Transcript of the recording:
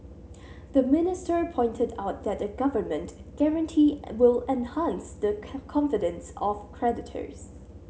the minister pointed out that a government guarantee will enhance the confidence of creditors